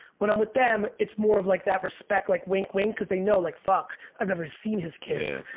when i'm with them, it's more of like that respect, like wink wink, cause they know like, fuck, i've never seen his kids,